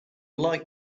light